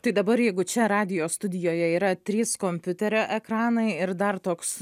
tai dabar jeigu čia radijo studijoje yra trys kompiuterio ekranai ir dar toks